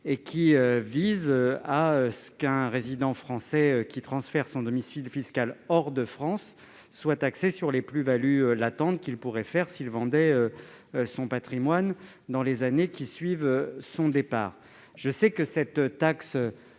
ce dispositif, un résident français qui transférait son domicile fiscal hors de France était taxé sur les plus-values latentes qu'il pourrait faire s'il vendait son patrimoine dans les années suivant son départ. Je sais que cette taxe